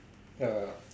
ya ya